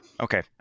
Okay